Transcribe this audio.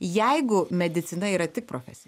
jeigu medicina yra tik profesija